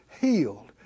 healed